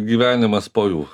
gyvenimas po jų